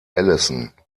allison